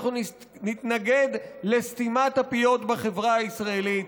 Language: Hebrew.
אנחנו נתנגד לסתימת הפיות בחברה הישראלית.